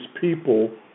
people